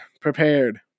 prepared